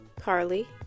Carly